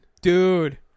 Dude